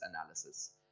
analysis